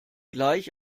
gleich